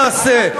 דואגים?